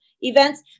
events